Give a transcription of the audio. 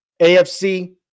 AFC